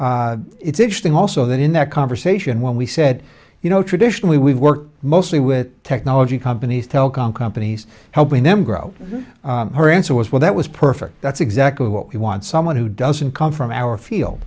it's interesting also that in that conversation when we said you know traditionally we've worked mostly with technology companies telecom companies helping them grow her answer was well that was perfect that's exactly what we want someone who doesn't come from our